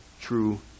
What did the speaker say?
true